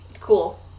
cool